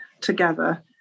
together